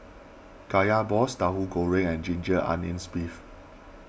Kaya Balls Tauhu Goreng and Ginger Onions Beef